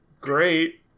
great